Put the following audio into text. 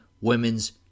Women's